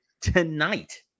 tonight